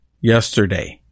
yesterday